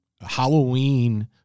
Halloween